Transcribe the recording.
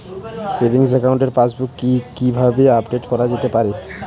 Savings একাউন্টের passbook কি কিভাবে আপডেট করা যেতে পারে?